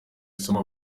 isomo